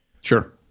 Sure